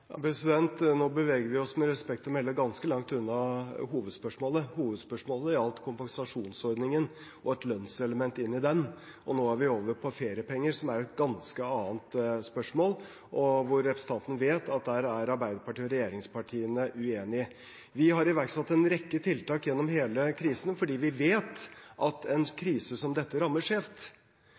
Nå beveger vi oss med respekt å melde ganske langt unna hovedspørsmålet. Hovedspørsmålet gjaldt kompensasjonsordningen og et lønnselement i den. Nå er vi over på feriepenger, som er et ganske annet spørsmål. Representanten vet at der er Arbeiderpartiet og regjeringspartiene uenige. Vi har iverksatt en rekke tiltak gjennom hele krisen fordi vi vet at en krise som dette rammer skjevt.